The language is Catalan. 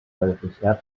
beneficiar